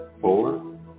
four